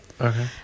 Okay